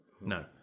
No